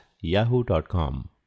yahoo.com